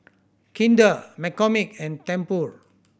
Kinder McCormick and Tempur